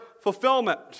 fulfillment